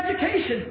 education